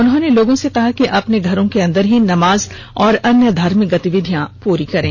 उन्होंने लोगों से कहा कि अपने घर के अंदर ही नमाज और अन्य धार्मिक गतिविधियां पूरी करें